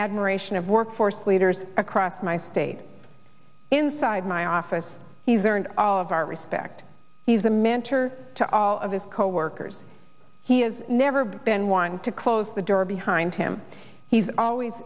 admiration of workforce leaders across my state inside my office he's earned all of our respect he's a mentor to all of his coworkers he has never been one close the door behind him he's always